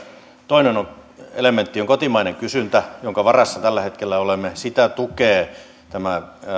toinen elementti on kotimainen kysyntä jonka varassa tällä hetkellä olemme sitä tukee tämä